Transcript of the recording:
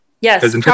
Yes